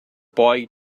boy